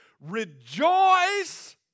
Rejoice